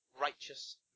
Righteous